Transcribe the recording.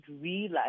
realize